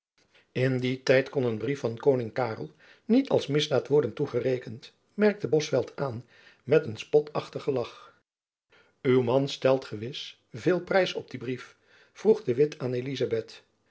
in dien tijd kon een brief van koning karel niet als misdaad worden toegerekend merkte bosveldt aan met een spotachtigen lach uw man stelt gewis veel prijs op dien brief vroeg de witt aan elizabeth